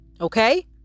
okay